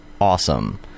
awesome